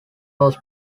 was